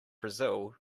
brazil